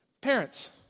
Parents